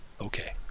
Okay